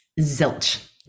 Zilch